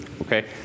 okay